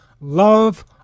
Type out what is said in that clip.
love